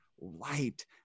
light